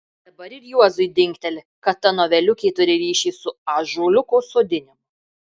dabar ir juozui dingteli kad ta noveliukė turi ryšį su ąžuoliuko sodinimu